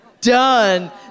Done